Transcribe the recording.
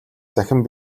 дахин